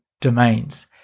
domains